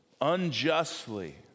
unjustly